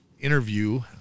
interview